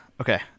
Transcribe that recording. Okay